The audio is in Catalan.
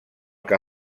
que